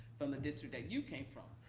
from the district that you came from.